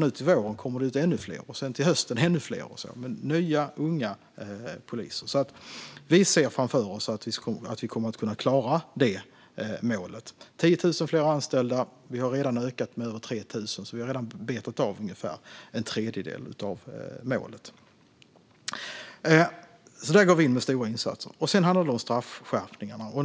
Nu till våren kommer ännu fler, och sedan till hösten ännu fler nya, unga poliser. Vi ser framför oss att vi kommer att klara målet. Det ska bli 10 000 fler anställda, och de har redan ökat med över 3 000. Vi har alltså redan betat av ungefär en tredjedel av målet. Där går vi in med stora insatser. Sedan var det frågan om straffskärpningar. Jag